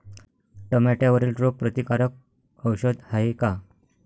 टमाट्यावरील रोग प्रतीकारक औषध हाये का?